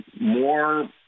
more